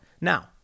Now